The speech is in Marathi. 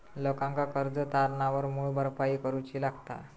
लोकांका कर्ज तारणावर मूळ भरपाई करूची लागता